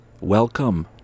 Welcome